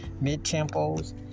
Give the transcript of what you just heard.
mid-tempos